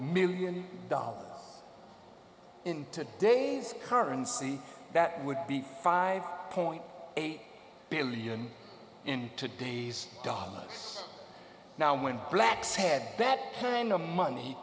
million dollars in today's currency that would be five point eight billion in today's dollars now when blacks head that plan no money